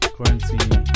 Quarantine